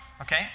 Okay